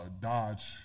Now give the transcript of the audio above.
Dodge